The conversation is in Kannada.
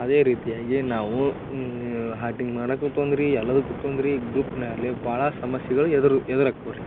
ಅದೇ ರೀತಿಯಾಗಿ ನಾವು ಹಾಟಿಂಗ್ ಮಾಡಕ್ಕೂ ತೊಂದ್ರೆ ಎಲ್ಲದಕ್ಕೂ ತೊಂದ್ರೆ ಗ್ರೂಪ್ನಾಗ್ಲಿ ಭಾಳ ಸಮಸ್ಯೆಗಳು ಎದುರು ಎದುರಾಕ್ತವ್ ರೀ